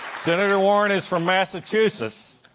senator warren is from massachusetts. a